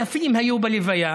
אלפים היו בלוויה,